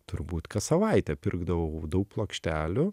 turbūt kas savaitę pirkdavau daug plokštelių